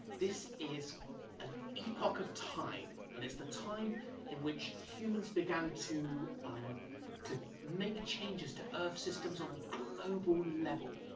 this is an epoch of time, and it's the time in which humans began to um to make changes to earth's systems on a global level.